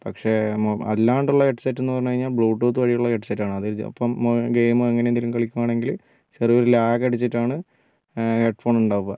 പക്ഷേ അല്ലാണ്ടുള്ള headset എന്ന് പറഞ്ഞു കഴിഞ്ഞാൽ ബ്ലൂടൂത്ത് വഴിയുള്ള ഹെഡ് സെറ്റാണ് അത് ഇപ്പോൾ ഗെയിം അങ്ങനെ എന്തേലും കളിക്കുവാണെങ്കിൽ ചെറിയൊരു ലാഗ് അടിച്ചിട്ടാണ് ഹെഡ്ഫോൺ ഉണ്ടാവുക